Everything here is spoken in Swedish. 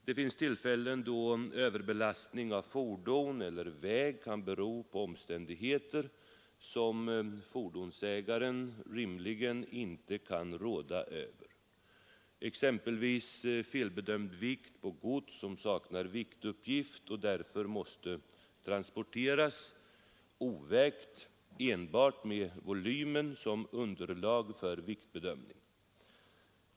Det finns tillfällen då överbelastning av fordon eller väg beror på omständigheter som fordonsägaren rimligen inte kan råda över, exempelvis felbedömd vikt på gods som saknar viktuppgift och som därför måste transporteras ovägt med enbart volymen som underlag för viktbedömning.